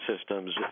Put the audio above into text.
systems